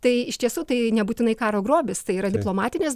tai iš tiesų tai nebūtinai karo grobis tai yra diplomatinis